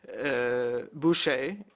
Boucher